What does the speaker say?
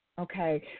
okay